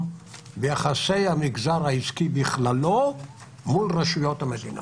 ביחסי המגזר העסקי בכללו מול רשויות המדינה.